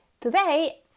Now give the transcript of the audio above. Today